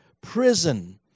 prison